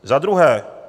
Za druhé.